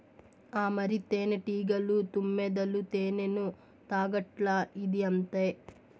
ఆ మరి, తేనెటీగలు, తుమ్మెదలు తేనెను తాగట్లా, ఇదీ అంతే